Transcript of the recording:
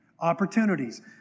Opportunities